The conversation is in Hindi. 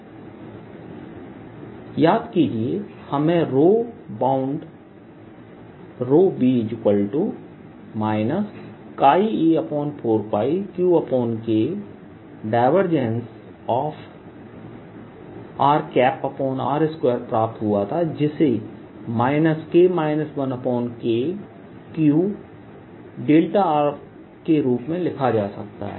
Vr14π0QKr याद कीजिए हमें रो बाउंड b e4πQK rr2 प्राप्त हुआ था जिसे K 1KQ δ के रूप में लिखा जा सकता है